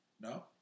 No